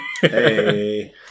Hey